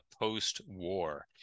post-war